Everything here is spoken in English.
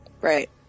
right